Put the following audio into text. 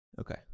okay